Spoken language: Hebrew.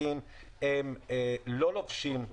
הצעת חוק שתיתן סמכויות גם לפקחים של נציגי